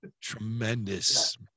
Tremendous